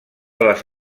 les